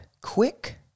quick